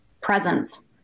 presence